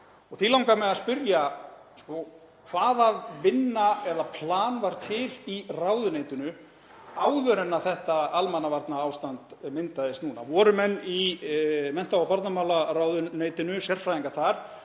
því langar mig að spyrja: Hvaða vinna eða plan var til í ráðuneytinu áður en þetta almannavarnaástand myndaðist núna? Voru menn í mennta- og barnamálaráðuneytinu, sérfræðingar þar,